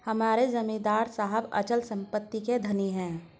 हमारे जमींदार साहब अचल संपत्ति के धनी हैं